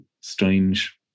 strange